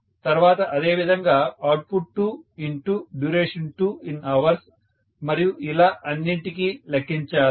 తర్వాత అదేవిధంగా output2duration2 in hours మరియు ఇలా అన్నింటిని లెక్కించాలి